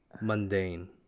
Mundane